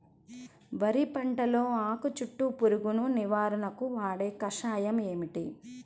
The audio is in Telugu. వరి పంటలో ఆకు చుట్టూ పురుగును నివారణకు వాడే కషాయం ఏమిటి?